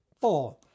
four